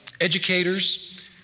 educators